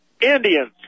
Indians